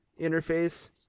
interface